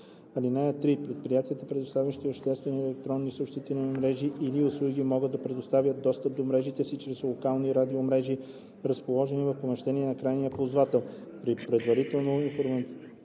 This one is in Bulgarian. (3) Предприятията, предоставящи обществени електронни съобщителни мрежи или услуги, могат да предоставят достъп до мрежите си чрез локални радиомрежи, разположени в помещения на крайния ползвател,